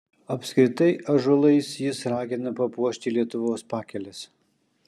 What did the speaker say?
apskritai ąžuolais jis ragina papuošti lietuvos pakeles